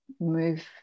move